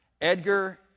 Edgar